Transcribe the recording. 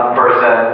person